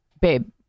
babe